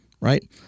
Right